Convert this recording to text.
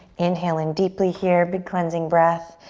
inhaling deeply here, big, cleansing breath.